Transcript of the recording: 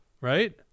Right